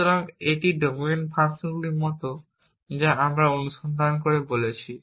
সুতরাং এটি ডোমেন ফাংশনগুলির মতো যা আমরা অনুসন্ধানে কথা বলেছি